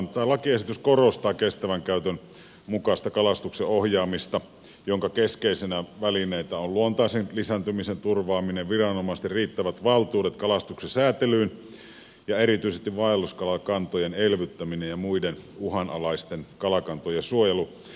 tämä lakiesitys korostaa kestävän käytön mukaista kalastuksen ohjaamista jonka keskeisiä välineitä ovat luontaisen lisääntymisen turvaaminen viranomaisten riittävät valtuudet kalastuksen säätelyyn ja erityisesti vaelluskalakantojen elvyttäminen ja muiden uhanalaisten kalakantojen suojelu